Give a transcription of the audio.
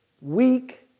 weak